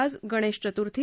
आज गणेश चतुर्थी